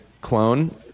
clone